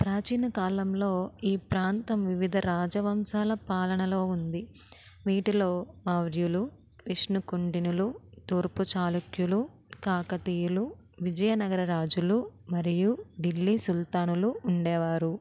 ప్రాచీన కాలంలో ఈ ప్రాంతం వివిధ రాజవంశాల పాలనలో ఉంది వీటిలో మౌర్యులు విష్ణుకుండినలు తూర్పు చాళుక్యులు కాకతీయులు విజయనగర రాజులు మరియు ఢిల్లీ సుల్తానులు ఉండేవారు